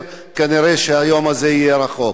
כנראה היום הזה יהיה רחוק.